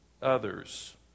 others